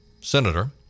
senator